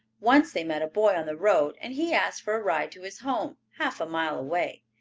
once they met a boy on the road and he asked for a ride to his home, half a mile away.